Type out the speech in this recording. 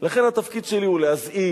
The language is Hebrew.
לכן התפקיד שלי הוא להזהיר,